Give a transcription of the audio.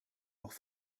auch